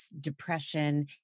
depression